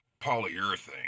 polyurethane